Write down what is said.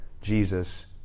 Jesus